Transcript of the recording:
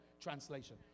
translation